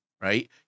right